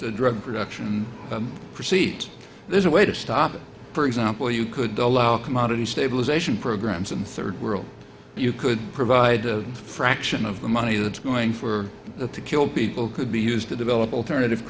that drug production proceed there's a way to stop it for example you could allow commodity stabilization programs in third world you could provide a fraction of the money that's going for to kill people could be used to develop alternative